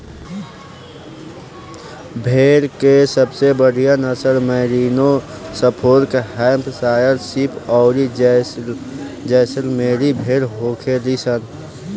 भेड़ के सबसे बढ़ियां नसल मैरिनो, सफोल्क, हैम्पशायर शीप अउरी जैसलमेरी भेड़ होखेली सन